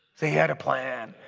he had a plan.